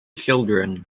children